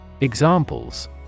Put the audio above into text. Examples